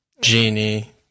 Genie